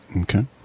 Okay